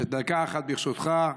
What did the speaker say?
דקה אחת, ברשותך,